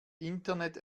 internet